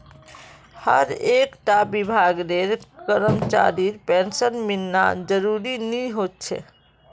हर एक टा विभागेर करमचरीर पेंशन मिलना ज़रूरी नि होछे